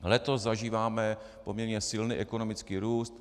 Letos zažíváme poměrně silný ekonomický růst.